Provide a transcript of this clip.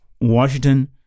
Washington